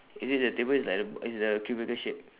is it the table it's like a it's like a cubicle shape